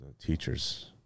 teachers